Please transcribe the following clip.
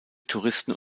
touristen